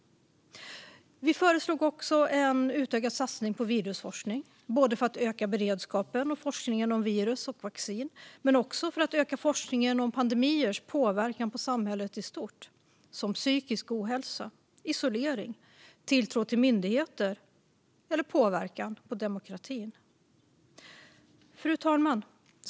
Vi föreslog också en utökad satsning på virusforskning, både för att öka beredskapen och forskningen om virus och vaccin och för att öka forskningen om pandemiers påverkan på samhället i stort. Det kan handla om psykisk ohälsa, isolering, tilltro till myndigheter och påverkan på demokratin. Fru talman!